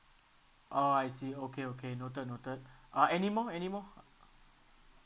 oh I see okay okay noted noted uh anymore anymore